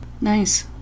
Nice